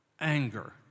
anger